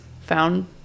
found